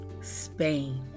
Spain